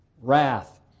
wrath